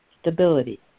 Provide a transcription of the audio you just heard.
stability